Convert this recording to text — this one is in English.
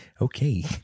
okay